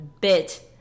bit